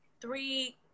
three